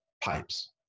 pipes